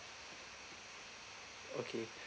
okay